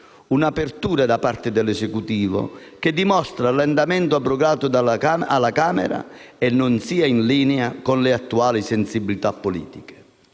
un'apertura da parte dell'Esecutivo che dimostra quanto l'emendamento abrogato alla Camera dei deputati non sia in linea con le attuali sensibilità politiche.